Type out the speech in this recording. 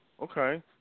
Okay